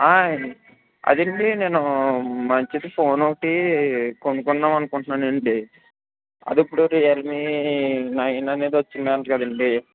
ఆయ్ అదండి నేను మంచిది ఫోన్ ఒకటి కొనుక్కుందాం అనుకుంటున్నాను అండి అదే ఇప్పుడు రియల్మీ నైన్ అనేది వచ్చింది అంట కదండి